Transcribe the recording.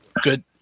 Good